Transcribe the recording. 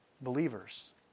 believers